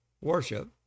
worship